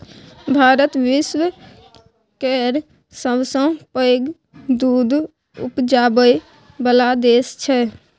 भारत विश्व केर सबसँ पैघ दुध उपजाबै बला देश छै